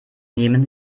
nehmen